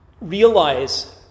realize